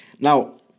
now